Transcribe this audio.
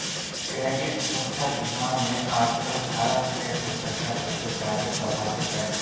credit सुरक्षा बीमा मे आजकल भारत के जन्संख्या सबसे जादे प्रभावित हय